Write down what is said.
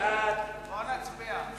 בואו נצביע.